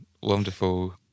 Wonderful